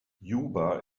juba